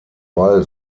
ball